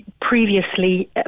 previously